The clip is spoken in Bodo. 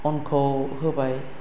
अनखौ होबाय